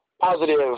positive